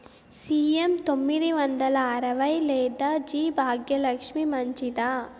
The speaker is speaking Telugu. సి.ఎం తొమ్మిది వందల అరవై లేదా జి భాగ్యలక్ష్మి మంచిదా?